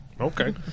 Okay